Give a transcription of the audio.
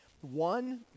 one